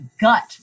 gut